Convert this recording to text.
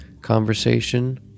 conversation